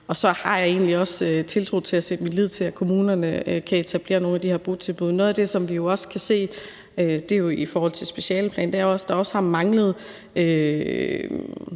jeg egentlig også tiltro til kommunerne og sætter min lid til, at de kan etablere nogle af de her botilbud. Noget af det, som vi også kan se, og det er i forhold til en specialeplan, er jo, at der også har manglet